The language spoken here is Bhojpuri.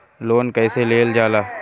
लोन कईसे लेल जाला?